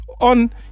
on